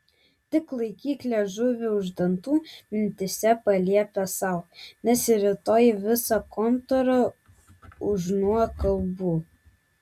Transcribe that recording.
tik laikyk liežuvį už dantų mintyse paliepė sau nes rytoj visa kontora ūš nuo kalbų